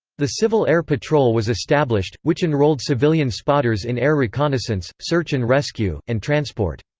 the civil air patrol was established, which enrolled civilian spotters in air reconnaissance, search-and-rescue, and transport.